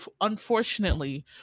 unfortunately